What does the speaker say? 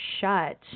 shut